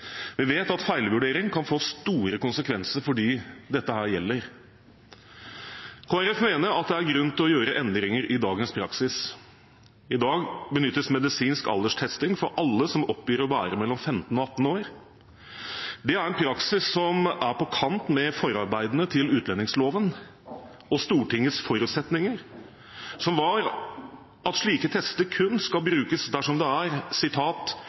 Vi vet at feilvurdering kan få store konsekvenser for dem dette gjelder. Kristelig Folkeparti mener det er grunn til å gjøre endringer i dagens praksis. I dag benyttes medisinsk alderstesting for alle som oppgir å være mellom 15 og 18 år. Det er en praksis som er på kant med forarbeidene til utlendingsloven og Stortingets forutsetninger, som var at slike tester kun skal brukes dersom det er